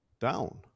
down